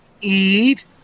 eat